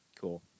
cool